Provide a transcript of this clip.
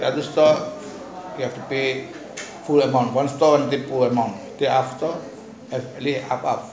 one store we have to pay ful amount one store full then after that we pay half half